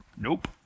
nope